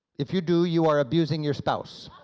if you do you are abusing your spouse,